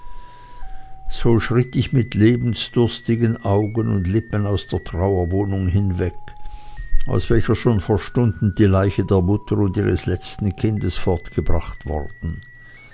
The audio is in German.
so schritt ich mit lebensdurstigen augen und lippen aus der trauerwohnung hinweg aus welcher schon vor stunden die leiche der mutter und ihres letzten kindes fortgebracht worden